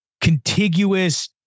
contiguous